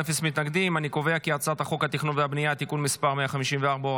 חוק התכנון והבנייה (תיקון מס' 154,